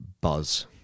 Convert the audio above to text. buzz